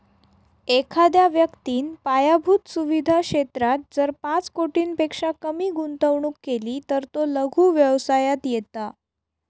एखाद्या व्यक्तिन पायाभुत सुवीधा क्षेत्रात जर पाच कोटींपेक्षा कमी गुंतवणूक केली तर तो लघु व्यवसायात येता